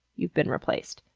you've been replaced.